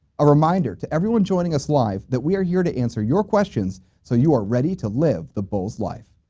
a reminder to everyone joining us live that we are here to answer your questions, so you are ready to live the bull's life.